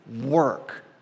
work